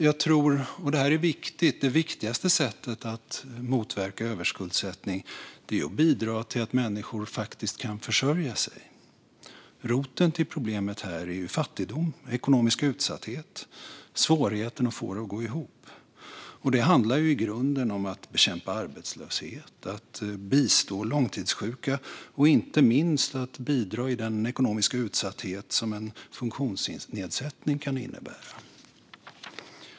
Jag tror dock - och det här är viktigt - att det viktigaste sättet att motverka överskuldsättning är att bidra till att människor faktiskt kan försörja sig. Roten till problemet här är fattigdom, ekonomisk utsatthet och svårigheten att få det att gå ihop. Det handlar i grunden om att bekämpa arbetslöshet, att bistå långtidssjuka och inte minst att bidra i den ekonomiska utsatthet som en funktionsnedsättning kan innebära.